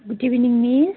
good evening miss